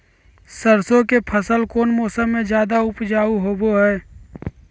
सरसों के फसल कौन मौसम में ज्यादा उपजाऊ होबो हय?